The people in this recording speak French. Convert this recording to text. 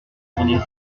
tourner